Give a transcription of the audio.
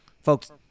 Folks